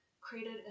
created